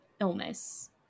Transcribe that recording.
illness